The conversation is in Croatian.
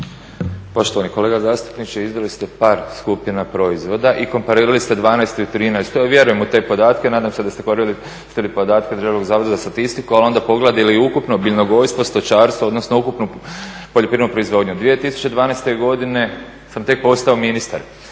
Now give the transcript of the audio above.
Poštovani kolega zastupniče iznijeli ste skupine proizvoda i komparirali ste 2012. i 2013. Vjerujem u te podatke, nadam se da ste koristili podatke DZS-a ali onda pogledali i ukupno biljogojstvo, stočarstvo, odnosno ukupnu poljoprivrednu proizvodnju. 2012. godine sam tek postao ministar,